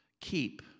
Keep